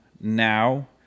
now